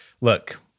look